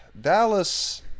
Dallas